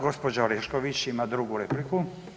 Gospođa Orešković ima drugu repliku.